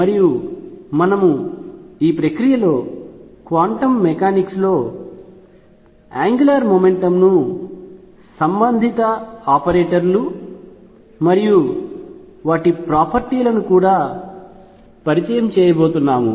మరియు మనము ఈ ప్రక్రియలో క్వాంటం మెకానిక్స్ లో యాంగ్యులార్ మొమెంటమ్ ను సంబంధిత ఆపరేటర్లు మరియు వాటి ప్రాపర్టీ లను కూడా పరిచయం చేయబోతున్నాం